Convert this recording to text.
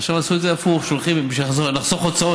עכשיו עשו את זה הפוך, בשביל לחסוך הוצאות.